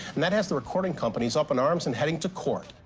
and that has the recording companies up in arms and heading to court.